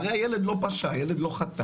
הרי הילד לא פשע, הילד לא חטא.